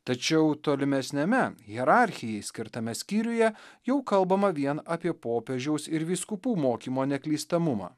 tačiau tolimesniame hierarchijai skirtame skyriuje jau kalbama vien apie popiežiaus ir vyskupų mokymo neklystamumą